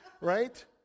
Right